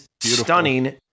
stunning